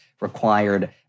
required